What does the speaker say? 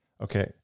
Okay